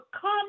come